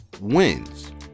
wins